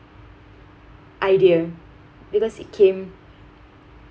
idea because it came